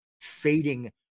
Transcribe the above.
fading